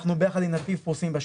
אנחנו ביחד עם נתיב פרוסים בשטח.